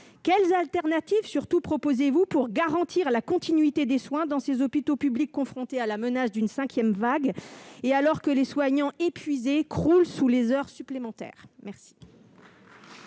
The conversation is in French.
quelles alternatives proposez-vous pour garantir la continuité des soins dans ces hôpitaux publics confrontés à la menace d'une cinquième vague, et alors que les soignants épuisés croulent sous les heures supplémentaires ?